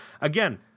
Again